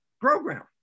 program